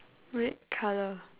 red colour